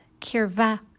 kirva